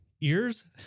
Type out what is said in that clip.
ears